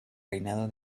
reinado